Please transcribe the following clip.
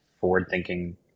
forward-thinking